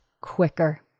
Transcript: quicker